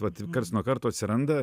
vat karts nuo karto atsiranda